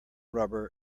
rubber